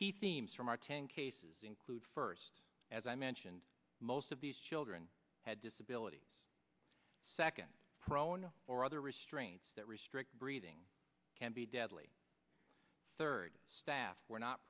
key themes from our ten cases include first as i mentioned most of these children had disabilities second prone or other restraints that restrict breathing can be deadly third staff were not